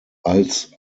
als